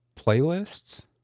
playlists